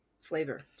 flavor